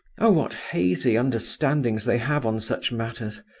oh, what hazy understandings they have on such matters!